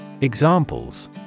Examples